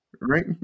right